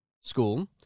school